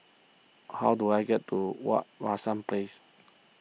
how do I get to Wak Hassan Place